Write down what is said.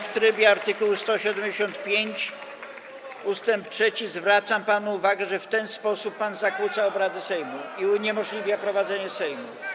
W trybie art. 175 ust. 3 zwracam panu uwagę, że w ten sposób pan zakłóca obrady Sejmu i uniemożliwia prowadzenie obrad Sejmu.